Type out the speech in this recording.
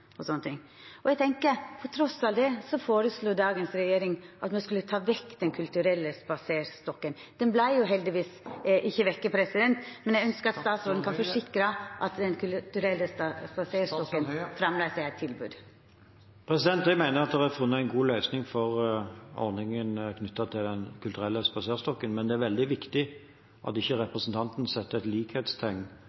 og hindrar angst og slike ting. Trass i det føreslo dagens regjering at me skulle ta vekk Den kulturelle spaserstokken. Han vert heldigvis ikkje teken vekk, men eg ønskjer at statsråden kan forsikra at Den kulturelle spaserstokken framleis er eit tilbod. Jeg mener at det er funnet en god løsning for ordningen knyttet til Den kulturelle spaserstokken, men det er veldig viktig at ikke